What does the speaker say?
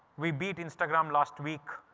we beat instagram last week,